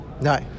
No